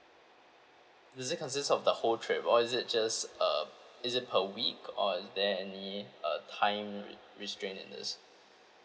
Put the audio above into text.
does it consists of the whole trip or is it just uh is it per week or is there any uh time r~ restrain in this